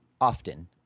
often